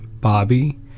Bobby